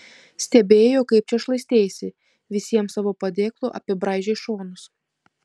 stebėjau kaip čia šlaisteisi visiems savo padėklu apibraižei šonus